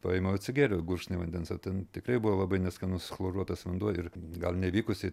paėmiau atsigėriau gurkšnį vandens o ten tikrai buvo labai neskanus chloruotas vanduo ir gal nevykusiai